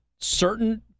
certain